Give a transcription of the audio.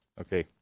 Okay